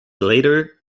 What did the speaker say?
later